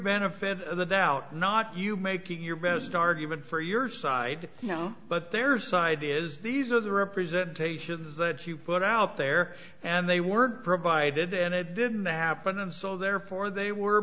benefit of the doubt not you making your best argument for your side you know but their side is these are the representation that you put out there and they were provided and it didn't happen and so therefore they were